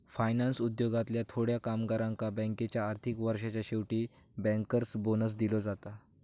finance उद्योगातल्या थोड्या कामगारांका बँकेच्या आर्थिक वर्षाच्या शेवटी बँकर्स बोनस दिलो जाता